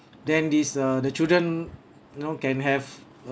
then this uh the children know can have